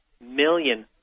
million